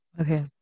okay